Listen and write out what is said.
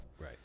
Right